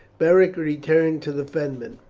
beric returned to the fenmen.